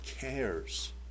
cares